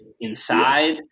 inside